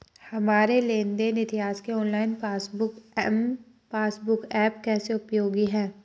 हमारे लेन देन इतिहास के online passbook M passbook app कैसे उपयोगी है?